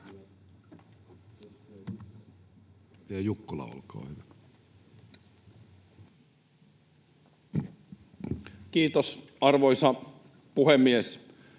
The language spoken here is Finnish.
Kiitos, arvoisa puhemies!